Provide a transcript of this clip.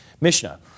Mishnah